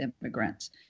immigrants